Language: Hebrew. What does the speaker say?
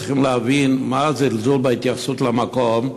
צריכים להבין מה הזלזול בהתייחסות למקום: